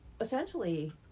essentially